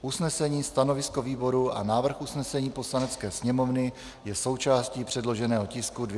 Usnesení, stanovisko výboru a návrh usnesení Poslanecké sněmovny je součástí předloženého tisku 227E.